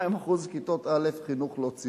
ש-52% כיתות א' בחינוך לא-ציוני.